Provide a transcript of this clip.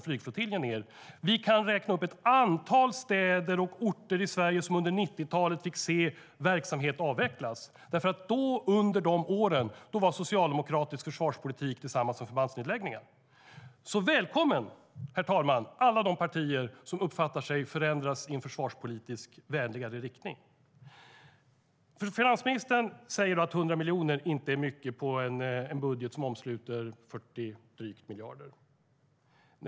Vi kan räkna upp ett antal städer och orter i Sverige som under 90-talet fick se verksamhet avvecklas. Under de åren var socialdemokratisk försvarspolitik detsamma som förbandsnedläggningar. Jag säger därför välkommen, herr talman, till alla de partier som förändras i en försvarspolitiskt vänligare riktning. Finansministern säger att 100 miljoner inte är mycket i en budget som omsluter drygt 40 miljarder.